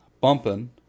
bumping